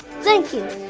thank you,